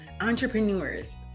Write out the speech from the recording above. entrepreneurs